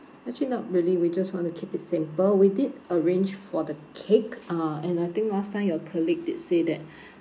actually not really we just want to keep it simple we did arrange for the cake uh and I think last time your colleague did say that